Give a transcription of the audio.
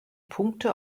punkte